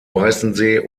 weißensee